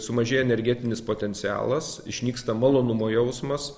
sumažėja energetinis potencialas išnyksta malonumo jausmas